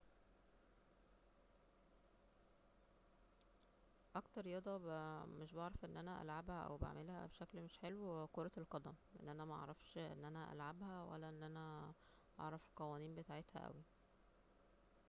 اكتر رياضة ب مش بعرف أن أنا العبها أو بعملها بشكل مش حلو هي كرة القدم أنا معرفش أن أنا العبها ولا أن أنا أعرف القوانين بتاعتها اوي